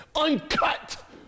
uncut